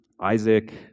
Isaac